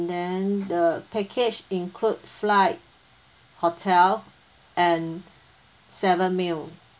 then the package include flight hotel and seven meal